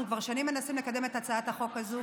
אנחנו כבר שנים מנסים לקדם את הצעת החוק הזאת,